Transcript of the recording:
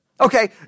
Okay